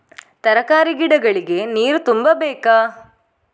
ತರಕಾರಿ ಗಿಡಗಳಿಗೆ ನೀರು ತುಂಬಬೇಕಾ?